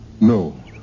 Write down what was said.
No